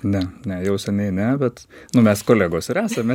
ne ne jau seniai ne bet nu mes kolegos ir esame